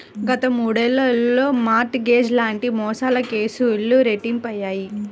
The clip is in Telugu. గత మూడేళ్లలో మార్ట్ గేజ్ లాంటి మోసాల కేసులు రెట్టింపయ్యాయి